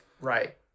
Right